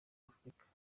afurika